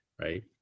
right